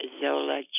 Zola